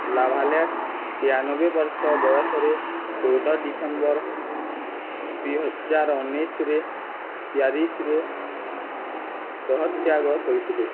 ଲାଭାଲେଟ୍ ତେୟାନବେ ବର୍ଷ ବୟସରେ ଚଉଦ ଡିସେମ୍ବର ଦୁଇହଜାର ଉଣେଇଶରେ ପ୍ୟାରିସରେ ଦେହତ୍ୟାଗ କରିଥିଲେ